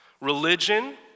religion